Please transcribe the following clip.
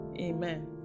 Amen